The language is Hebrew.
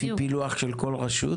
לפי פילוח של כל רשות